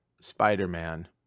spider-man